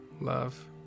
love